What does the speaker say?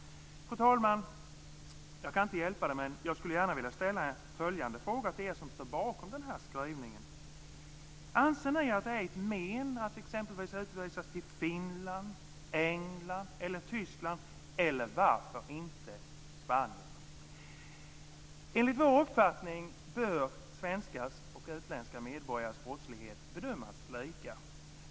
Fru talman! Jag skulle gärna vilja ställa följande fråga till er som står bakom denna skrivning: Anser ni att det är ett men att utvisas exempelvis till Finland, England eller Tyskland, eller varför inte Spanien? Enligt vår uppfattning bör svenska och utländska medborgares brottslighet bedömas lika.